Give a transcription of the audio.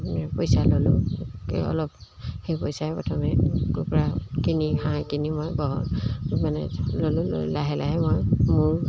পইচা ল'লোঁ অলপ সেই পইচাই প্ৰথমে কুকুৰা কিনি হাঁহ কিনি মই বহল মানে ললোঁ লাহে লাহে মই মোৰ